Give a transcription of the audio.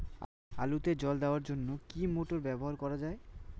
আলুতে জল দেওয়ার জন্য কি মোটর ব্যবহার করা যায়?